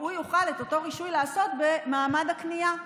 הוא יוכל את אותו רישוי לעשות במעמד הקנייה,